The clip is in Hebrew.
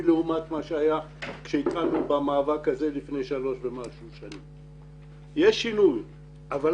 לטובה מהמצב כפי שהיה לפני שלוש שנים כשהתחלנו את המאבק.